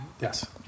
Yes